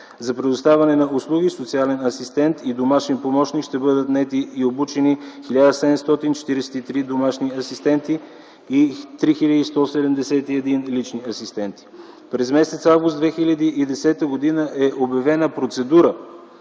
За предоставяне на услуги „Социален асистент” и „Домашен помощник” ще бъдат наети и обучени 1743 домашни асистенти и 3171 лични асистенти. През м. август 2010 г. е обявена процедура